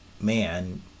man